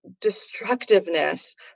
destructiveness